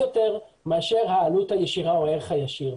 יותר מאשר העלות הישירה או הערך הישיר.